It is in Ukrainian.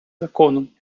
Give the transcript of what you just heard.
законом